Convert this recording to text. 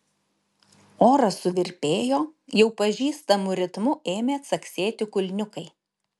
oras suvirpėjo jau pažįstamu ritmu ėmė caksėti kulniukai